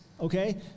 Okay